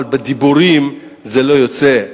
אבל בדיבורים זה לא יוצא,